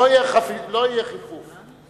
לא יהיה חיפוף.